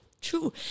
True